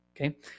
Okay